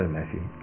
Matthew